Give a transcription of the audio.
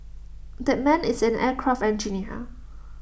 that man is an aircraft engineer